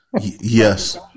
Yes